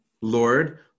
Lord